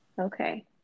Okay